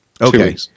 Okay